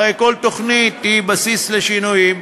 הרי כל תוכנית היא בסיס לשינויים.